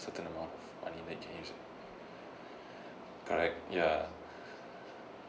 certain amount fund in that change correct ya